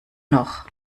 noch